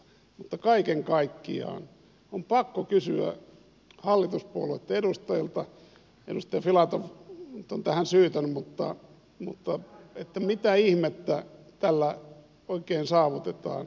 mutta kaiken kaikkiaan on pakko kysyä hallituspuolueitten edustajilta edustaja filatov nyt on tähän syytön että mitä ihmettä tällä oikein saavutetaan